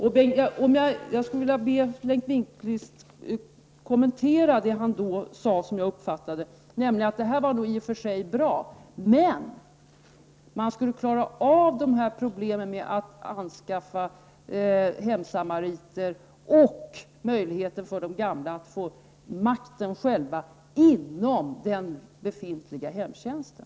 Jag skulle vilja be Bengt Lindqvist kommentera det som han då sade, såsom jag uppfattade det, nämligen att detta projekt i och för sig var bra men att man skulle klara av problemen genom att anskaffa hemsamariter och genom att ge de gamla möjligheter att själva få makten inom den befintliga hemtjänsten.